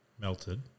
Melted